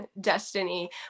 Destiny